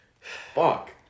fuck